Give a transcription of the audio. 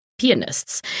Pianists